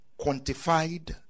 quantified